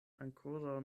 ankoraŭ